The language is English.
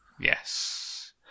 Yes